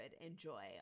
enjoy